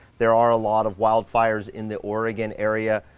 there are a lot of wildfires in the oregon area,